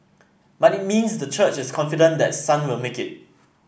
but it means the church is confident that Sun will make it